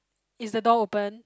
is the door open